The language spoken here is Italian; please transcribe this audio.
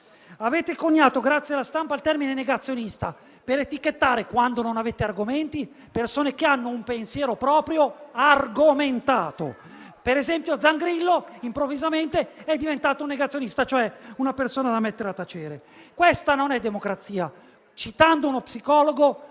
Avete coniato, grazie alla stampa, il termine negazionista, per etichettare, quando non avete argomenti, persone che hanno un pensiero proprio argomentato. Per esempio, Zangrillo improvvisamente è diventato un negazionista, cioè una persona da mettere a tacere. Questa non è democrazia. Citando uno psicologo,